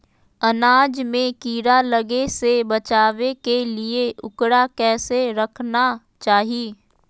अनाज में कीड़ा लगे से बचावे के लिए, उकरा कैसे रखना चाही?